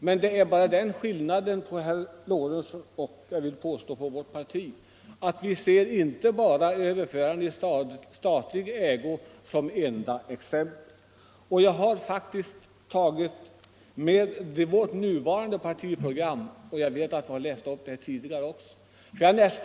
Men skillnaden mellan herr Lorentzon och vårt parti är att vi inte ser överförande i statlig ägo som det enda tänkbara. Jag har faktiskt tagit med vårt nuvarande partiprogram, eftersom jag var nästan säker på att herr Lorentzon skulle komma med det argumentet.